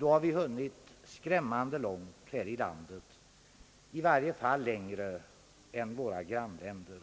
har vi hunnit skrämmande långt här i landet, i varje fall längre än våra grannländer.